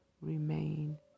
remain